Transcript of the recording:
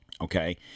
okay